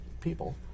people